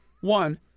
One